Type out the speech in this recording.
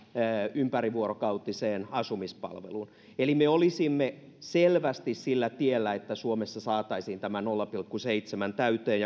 ympärivuorokautiseen asumispalveluun eli me olisimme selvästi sillä tiellä että suomessa saataisiin tämä nolla pilkku seitsemään täyteen